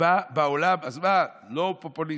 סיבה בעולם, אז מה, לא פופוליסטי,